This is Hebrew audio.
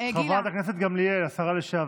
חברת הכנסת גמליאל, השרה לשעבר.